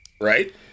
Right